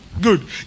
Good